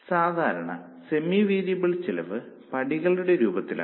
സാധാരണയായി semi variable ചെലവ് പടികളുടെ രൂപത്തിലാണ്